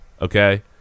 okay